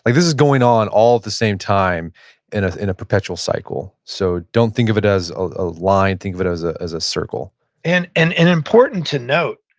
like this is going on all at the same time in in a perpetual cycle, so don't think of it as a line think of it as a as a circle and and and important to note,